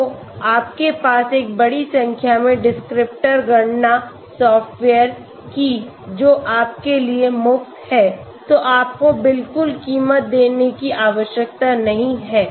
तो आपके पास एक बड़ी संख्या है डिस्क्रिप्टर गणना सॉफ्टवेयर्स की जो आपके लिए मुफ्त हैं तो आपको बिल्कुल क़ीमत देने की आवश्यकता नहीं है